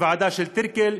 ועדה של טירקל,